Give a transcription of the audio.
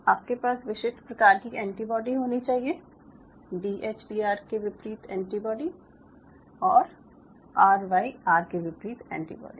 आपके पास विशिष्ट प्रकार की एंटीबाडी होनी चाहियें डी एच पी आर के विपरीत एंटीबाडी और आर वाई आर के विपरीत एंटीबाडी